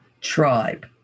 tribe